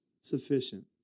sufficient